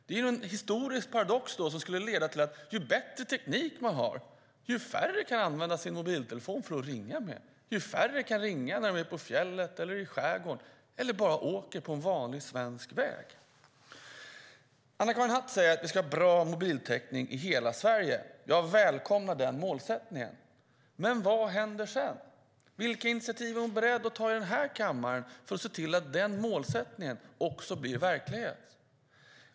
Det vore en historisk paradox om det ledde till att ju bättre teknik man har desto färre kan använda sin mobiltelefon till att ringa med, att desto färre kan ringa när de är på fjället eller i skärgården eller bara åker på en vanlig svensk väg. Anna-Karin Hatt säger att vi ska ha bra mobiltäckning i hela Sverige. Jag välkomnar den målsättningen. Men vad händer sedan? Vilka initiativ är hon beredd att ta i kammaren för att målsättningen ska bli verklighet?